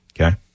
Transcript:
Okay